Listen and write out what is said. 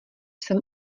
jsem